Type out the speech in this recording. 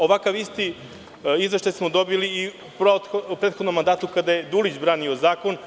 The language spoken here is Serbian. Ovakav isti izveštaj smo dobili i u prethodnom mandatu kada je Dulić branio zakon.